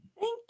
Thank